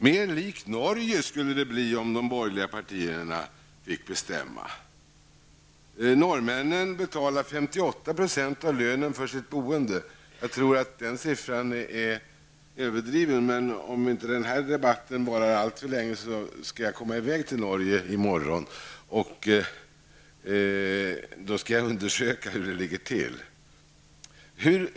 Mer likt Norge skulle det bli om de borgerliga partierna fick bestämma, säger man. Norrmännen betalar 58 % av lönen för sitt boende. Nu tror jag att den siffran är överdriven, men om inte den här debatten varar allt för länge kommer jag i väg till Norge i morgon. Där skall jag undersöka hur det ligger till.